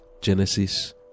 Genesis